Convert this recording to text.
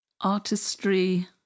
Artistry